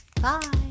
Bye